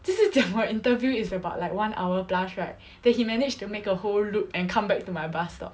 就是讲我 interview is about like one hour plus right then he managed to make a whole loop and come back to my bus stop